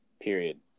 period